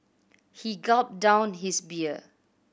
he gulped down his beer